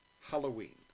Halloween